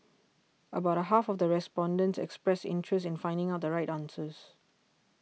about half of the respondents expressed interest in finding out the right answers